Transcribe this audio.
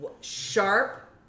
sharp